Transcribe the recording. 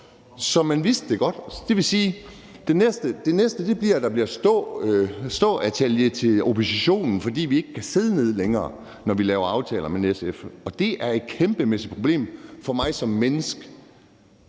Så man vidste det godt. Det vil sige, at det næste bliver, at der bliver ståpladser til oppositionen, fordi vi ikke længere kan sidde ned, når vi laver aftaler med SF, og det er et kæmpemæssigt problem for mig som menneske,